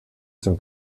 zum